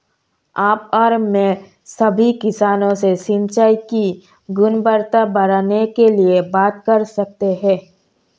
आप और मैं सभी किसानों से सिंचाई की गुणवत्ता बढ़ाने के लिए बात कर सकते हैं